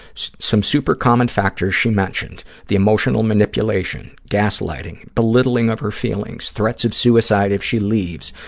some super-common factors she mentioned, the emotional manipulation, gaslighting, belittling of her feelings, threats of suicide if she leaves,